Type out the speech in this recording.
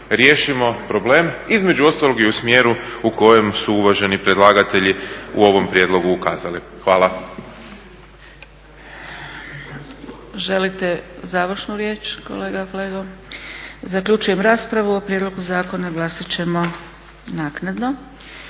riješimo problem, između ostalog i u smjeru u kojem su uvaženi predlagatelji u ovom prijedlogu ukazali. Hvala. **Zgrebec, Dragica (SDP)** Želite završnu riječ kolega Flego? Zaključujem raspravu. O prijedlogu zakona glasat ćemo naknadno.